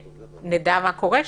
שנדע מה קורה שם.